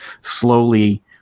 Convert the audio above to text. slowly